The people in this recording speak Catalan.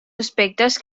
aspectes